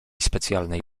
specjalnej